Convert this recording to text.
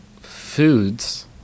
foods